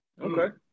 Okay